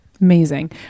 Amazing